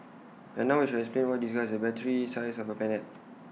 and now we shall explain why this guy has A battery the size of A planet